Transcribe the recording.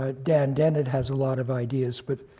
ah dan dennett has a lot of ideas. but